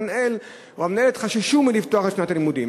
המנהל או המנהלת חששו לפתוח את יום הלימודים.